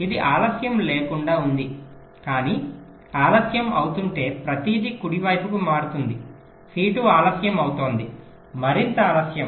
ఇది ఆలస్యం లేకుండా ఉంది కానీ ఆలస్యం అవుతుంటే ప్రతిదీ కుడి వైపుకు మారుతుంది C2 ఆలస్యం అవుతోంది మరింత ఆలస్యం